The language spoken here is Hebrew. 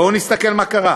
בואו נסתכל מה קרה: